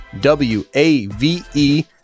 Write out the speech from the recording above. w-a-v-e